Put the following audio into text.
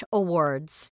awards